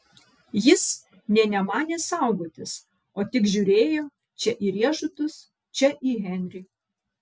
jis nė nemanė saugotis o tik žiūrėjo čia į riešutus čia į henrį